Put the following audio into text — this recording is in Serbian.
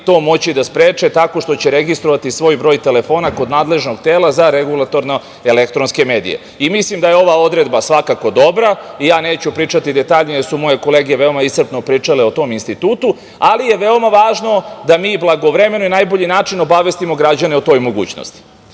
to moći da spreče tako što će registrovati svoj broj telefona kod nadležnog tela za Regulatorne elektronske medije. Mislim da je ova odredba svakako dobra. Ja neću pričati detaljnije, jer su moje kolege veoma iscrpno pričale o tom institutu, ali je veoma važno da mi blagovremeno i na najbolji način obavestimo građane o toj mogućnosti.U